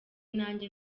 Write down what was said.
nanjye